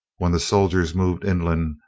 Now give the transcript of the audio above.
when the soldiers moved inland,